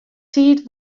tiid